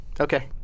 Okay